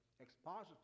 expository